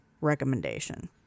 recommendation